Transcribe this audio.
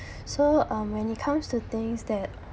so um when it comes to things that